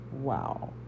Wow